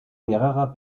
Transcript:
mehrerer